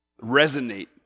resonate